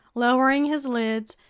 lowering his lids,